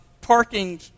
parking